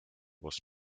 was